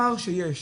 הפער שיש,